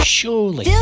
surely